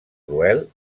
cruel